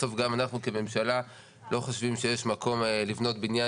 בסוף גם אנחנו כממשלה לא חושבים שיש מקום לבנות בניין